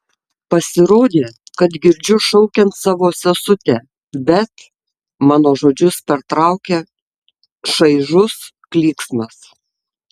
pasirodė kad girdžiu šaukiant savo sesutę bet mano žodžius pertraukia šaižus klyksmas